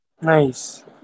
Nice